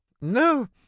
No